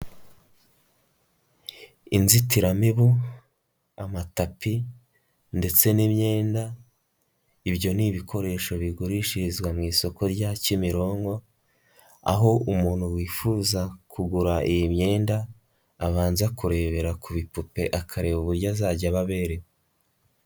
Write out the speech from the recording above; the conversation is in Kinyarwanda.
Inzitiramibu, amatapi ndetse n'imyenda ibyo ni ibikoresho bigurishirizwa mu isoko rya Kimironko, aho umuntu wifuza kugura iyi myenda abanza kurebera ku bipupe akareba uburyo azajya aba aberewe.